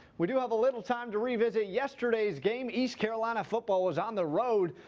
we do have a little time to revisit yesterday's game. east carolina football was on the road